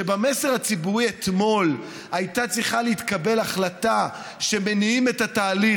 שבמסר הציבורי אתמול הייתה צריכה להתקבל החלטה שמניעים את התהליך,